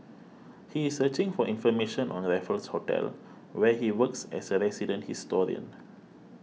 he is searching for information on Raffles Hotel where he works as a resident historian